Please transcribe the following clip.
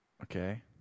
Okay